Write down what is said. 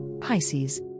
Pisces